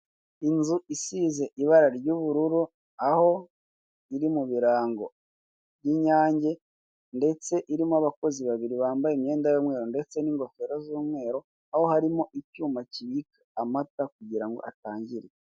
Inzu isize ibara ry'ubururu aho iri mu birango by'inyange ndetse irimo abakozi babiri bambaye imyenda y'umweru ndetse n'ingofero z'umweru, aho harimo icyuma kibika amata kugira ngo atangirika.